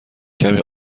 کمی